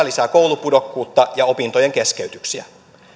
lisää koulupudokkuutta ja opintojen keskeytyksiä